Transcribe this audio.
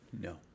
No